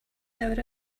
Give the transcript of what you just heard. hour